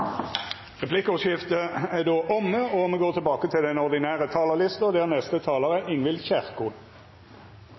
replikkordskiftet omme, og vi går tilbake til den ordinære